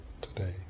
today